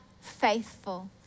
faithful